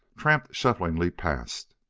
tramped shufflingly past.